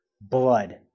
blood